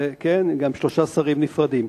שלושה שרים נפרדים.